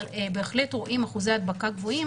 אבל בהחלט רואים אחוזי הדבקה גבוהים